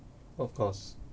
of course